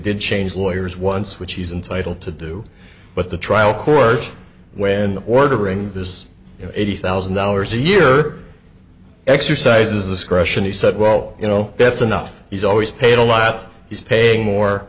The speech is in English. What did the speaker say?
did change lawyers once which he's entitled to do but the trial court when ordering this eighty thousand dollars a year exercise a scratch and he said well you know that's enough he's always paid a lot he's paying mor